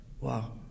Wow